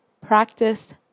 practice